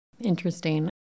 Interesting